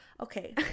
okay